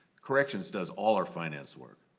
corrections does all her fans were.